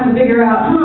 figure out,